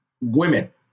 women